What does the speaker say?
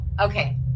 okay